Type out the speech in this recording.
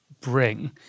bring